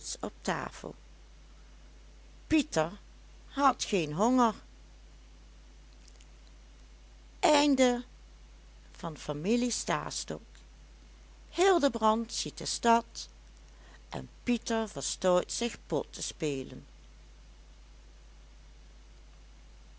t geheel geen misbruik maakte hildebrand ziet de stad en pieter verstout zich pot te spelen